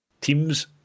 teams